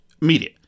media